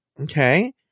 Okay